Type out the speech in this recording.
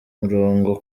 murongo